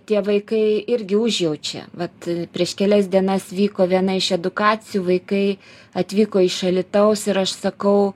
tie vaikai irgi užjaučia vat prieš kelias dienas vyko viena iš edukacijų vaikai atvyko iš alytaus ir aš sakau